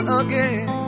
again